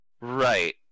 Right